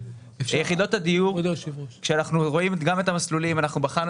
ביחידות הדיור כשאנחנו רואים גם את המסלולים אנחנו בחרנו